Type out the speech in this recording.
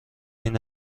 این